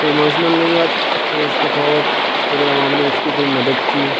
پھر ایموشنل ہونے کے بعد پھر اس کو تھوڑا بہت پورے عوام نے اس کی کوئی مدد کی